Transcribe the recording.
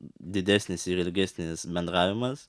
didesnis ir ilgesnis bendravimas